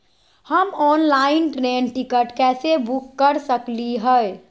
हम online train ticket कैसे book कर सकली हई?